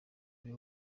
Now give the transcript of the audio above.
buri